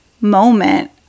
moment